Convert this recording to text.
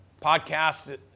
podcast